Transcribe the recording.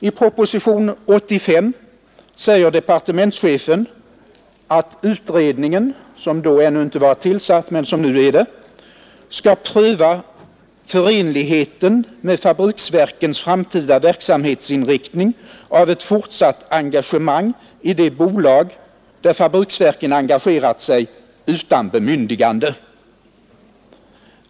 I propositionen 85 säger departementschefen att utredningen — som då ännu inte var tillsatt men som nu är det — skall pröva förenligheten med fabriksverkens framtida verksamhetsinriktning av ett fortsatt engagemang i de bolag där fabriksverken engagerat sig utan bemyndigande.